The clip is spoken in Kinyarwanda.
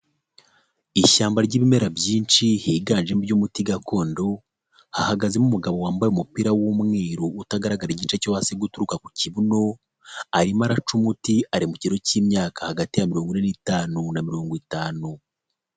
Ishyamba ry'ibimera byinshi higanjemo iby'umuti gakondo hagazemo umugabo wambaye umupira w'umweru utagaragara igice cyo hasi guturuka ku kibuno, arimo araca umuti ari mu kiro cy'imyaka hagati ya mirongo ine n'itanu na mirongo itanu.